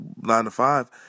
nine-to-five